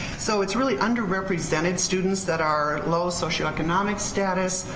so it's really underrepresented students that are low socioeconomic status,